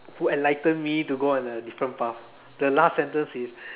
who enlighten me to go on a different path the last sentence is